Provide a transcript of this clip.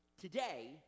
Today